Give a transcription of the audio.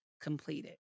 completed